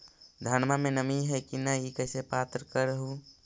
धनमा मे नमी है की न ई कैसे पात्र कर हू?